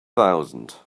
thousand